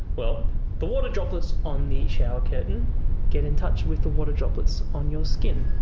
well, the water droplets on the shower curtain get in touch with the water droplets on your skin,